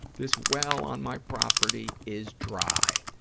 this well on my property is dry,